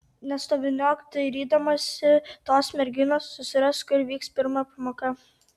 nestoviniuok dairydamasi tos merginos susirask kur vyks pirma pamoka